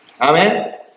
Amen